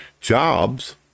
jobs